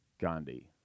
Gandhi